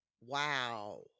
wow